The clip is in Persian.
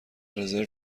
رزرو